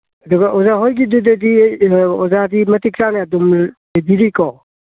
ꯑꯗꯨꯒ ꯑꯣꯖꯥꯍꯣꯏꯒꯤꯗꯨꯗꯗꯤ ꯀꯩꯅꯣ ꯑꯣꯖꯥꯗꯤ ꯃꯇꯤꯛ ꯆꯥꯅ ꯑꯗꯨꯝ ꯂꯩꯕꯤꯔꯤꯀꯣ